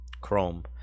Chrome